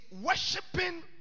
worshipping